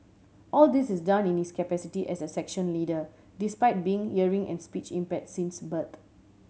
all this is done in his capacity as a section leader despite being hearing and speech impair since birth